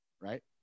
right